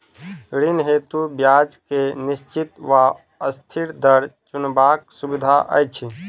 ऋण हेतु ब्याज केँ निश्चित वा अस्थिर दर चुनबाक सुविधा अछि